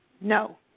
No